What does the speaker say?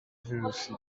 virus